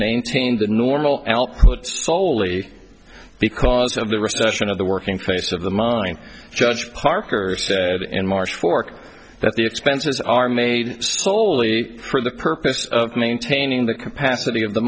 maintain the normal soley because of the recession of the working face of the mine judge parker said in marsh fork that the expenses are made solely for the purpose of maintaining the capacity of the